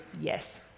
Yes